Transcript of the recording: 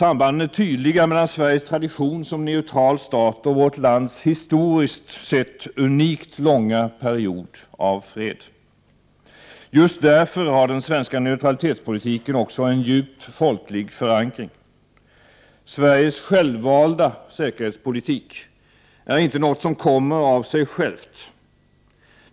Sambanden är tydliga mellan Sveriges tradition som neutral stat och vårt lands historiskt sett unikt långa period av fred. Just därför har den svenska neutralitetspolitiken också en djup folklig förankring. Sveriges självvalda säkerhetspolitik är inte något som kommer av sig självt.